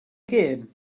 gêm